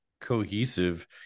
cohesive